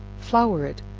flour it,